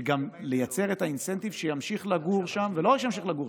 לייצר את האינסנטיב שימשיך לגור שם.